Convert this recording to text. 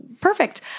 Perfect